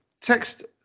text